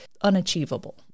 unachievable